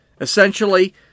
Essentially